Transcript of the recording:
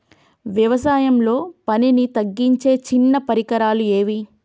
వ్యవసాయంలో పనిని తగ్గించే చిన్న పరికరాలు ఏవి?